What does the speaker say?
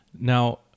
Now